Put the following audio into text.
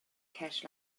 cash